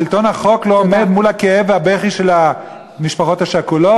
שלטון החוק לא עומד מול הכאב והבכי של המשפחות השכולות?